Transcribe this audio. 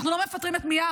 אנחנו לא מפטרים את מיארה.